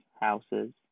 houses